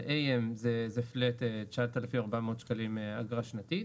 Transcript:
ל- AM זה flat 9,400 שקלים אגרה שנתית,